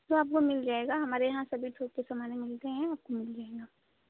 सब आपको मिल जाएगा हमारे यहाँ सभी का सामान मिलता है आपको मिल जाएगा